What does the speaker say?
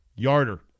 Yarder